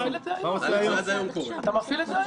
מה הוא עושה היום?